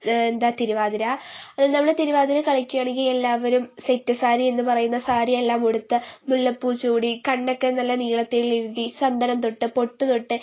എന്താ തിരുവാതിര അത് നമ്മൾ തിരുവാതിര കളിക്കുകയാണെങ്കിൽ എല്ലാവരും സെറ്റ് സാരി എന്നുപറയുന്ന സാരി എല്ലാം ഉടുത്ത് മുല്ലപ്പൂ ചൂടി കണ്ണൊക്കെ നല്ല നീളത്തിൽ എഴുതി ചന്ദനം തൊട്ട് പൊട്ട് തൊട്ട്